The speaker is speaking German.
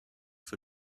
für